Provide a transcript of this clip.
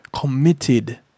committed